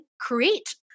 create